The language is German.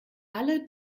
alle